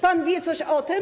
Pan wie coś o tym?